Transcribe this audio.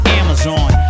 amazon